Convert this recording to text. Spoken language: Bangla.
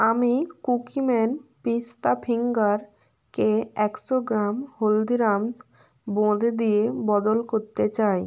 আমি কুকিম্যান পেস্তা ফিঙ্গারকে একশো গ্রাম হলদিরামস বোঁদে দিয়ে বদল করতে চাই